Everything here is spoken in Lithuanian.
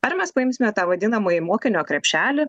ar mes paimsime tą vadinamąjį mokinio krepšelį